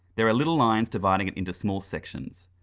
there are little lines dividing it into small sections.